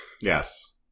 Yes